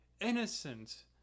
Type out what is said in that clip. innocent